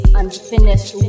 unfinished